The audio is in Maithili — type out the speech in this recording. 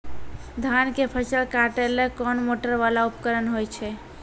धान के फसल काटैले कोन मोटरवाला उपकरण होय छै?